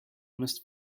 must